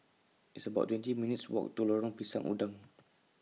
It's about twenty minutes' Walk to Lorong Pisang Udang